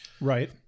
Right